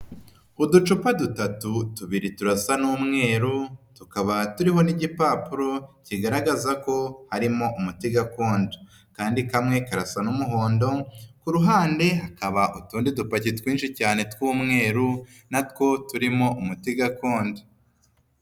Uducupa dutatu tubiri turasa n'umweru, tukaba turiho n'igipapuro kigaragaza ko harimo umuti gakondo kandi kamwe karasa n'umuhondo, ku ruhande hakaba utundi dupaki twinshi cyane tw'umweru, natwo turimo umuti gakondo.